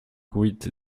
huit